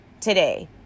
today